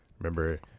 Remember